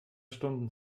stunden